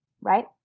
right